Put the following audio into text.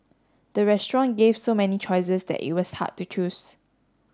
the restaurant gave so many choices that it was hard to choose